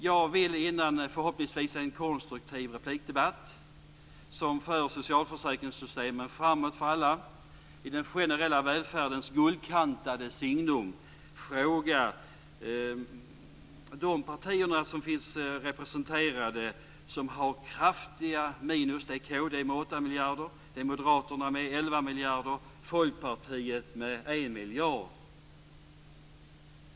Jag vill före en förhoppningsvis konstruktiv replikdebatt som för socialförsäkringssystemen framåt för alla i den generella välfärdens guldkantade signum ställa en fråga till de partier som finns representerade och som har kraftiga minus, nämligen Kristdemokraterna med 8 miljarder kronor, Moderaterna med 11 miljarder kronor, Folkpartiet med 1 miljard kronor.